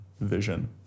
vision